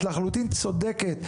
את לחלוטין צודקת.